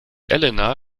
elena